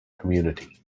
community